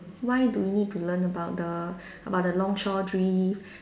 why do you need to learn about the about the longshore drift